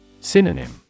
Synonym